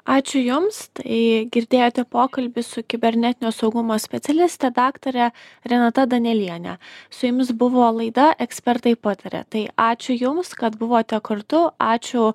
ačiū jums tai girdėjote pokalbį su kibernetinio saugumo specialiste daktare renata danielienė su jumis buvo laida ekspertai pataria tai ačiū jums kad buvote kartu ačiū